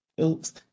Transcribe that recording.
Oops